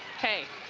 hey,